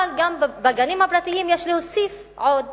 אבל בגנים הפרטיים יש להוסיף עוד